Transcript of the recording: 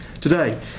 today